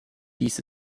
dies